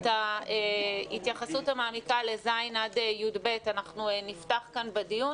את ההתייחסות המעמיקה ל-ז' עד י"ב אנחנו נפתח כאן בדיון.